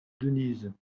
denise